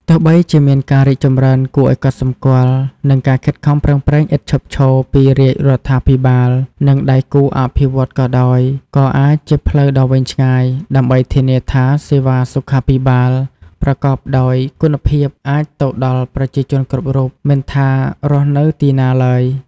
ទោះបីជាមានការរីកចម្រើនគួរឱ្យកត់សម្គាល់ និងការខិតខំប្រឹងប្រែងឥតឈប់ឈរពីរាជរដ្ឋាភិបាល និងដៃគូអភិវឌ្ឍន៍ក៏ដោយ ក៏អាចជាផ្លូវដ៏វែងឆ្ងាយ ដើម្បីធានាថាសេវាសុខាភិបាលប្រកបដោយគុណភាព អាចទៅដល់ប្រជាជនគ្រប់រូប មិនថារស់នៅទីណាឡើយ។